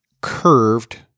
curved